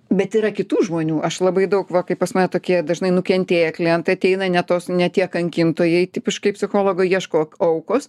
bet yra kitų žmonių aš labai daug va kaip pas mane tokie dažnai nukentėję klientai ateina ne tos ne tie kankintojai tipiškai psichologai ieško aukos